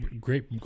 great